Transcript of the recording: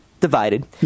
divided